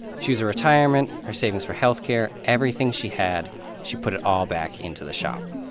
she used her retirement, her savings for health care everything she had she put it all back into the shop.